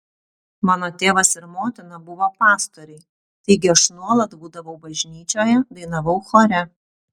mano tėvas ir motina buvo pastoriai taigi aš nuolat būdavau bažnyčioje dainavau chore